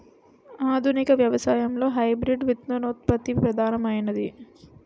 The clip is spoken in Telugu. ఆధునిక వ్యవసాయంలో హైబ్రిడ్ విత్తనోత్పత్తి ప్రధానమైనది